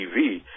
TV